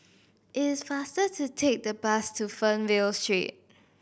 it is faster to take the bus to Fernvale Street